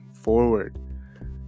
forward